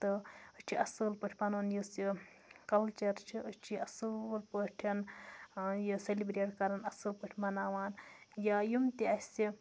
تہٕ أسۍ چھِ اَصٕل پٲٹھۍ پَنُن یُس یہِ کَلچَر چھِ أسۍ چھِ یہِ اَصٕل پٲٹھۍ یہِ سٮ۪لِبرٛیٹ کَران اَصٕل پٲٹھۍ مَناوان یا یِم تہِ اَسہِ